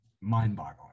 mind-boggling